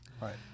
right